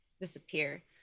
disappear